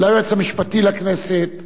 ליועץ המשפטי לכנסת,